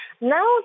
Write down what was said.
Now